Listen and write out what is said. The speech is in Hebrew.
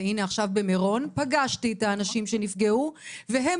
והנה עכשיו במירון פגשתי את האנשים שנפגעו והם